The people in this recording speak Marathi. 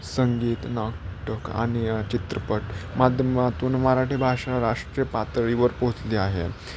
संगीत नाटक आणि चित्रपट माध्यमातून मराठी भाषा राष्ट्रीय पातळीवर पोचली आहे